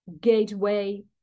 gateway